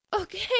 okay